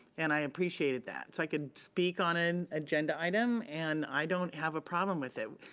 and i appreciated that. i could speak on an agenda item and i don't have a problem with it.